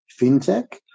fintech